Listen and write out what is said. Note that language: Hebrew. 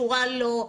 שורה לא,